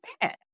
bad